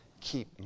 Keep